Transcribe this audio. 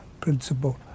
principle